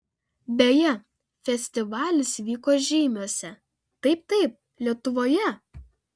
beje festivalis vyko žeimiuose taip taip lietuvoje